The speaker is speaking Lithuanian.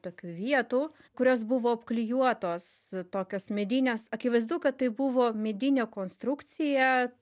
tokių vietų kurios buvo apklijuotos tokios medinės akivaizdu kad tai buvo medinė konstrukcija